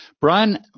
Brian